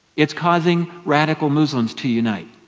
it's causing radical muslims to unite.